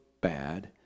bad